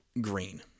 Green